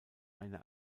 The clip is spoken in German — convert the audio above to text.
eine